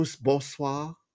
bonsoir